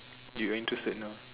you are interested now